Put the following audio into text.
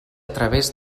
través